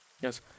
Yes